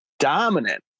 dominant